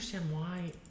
so m y